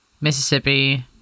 Mississippi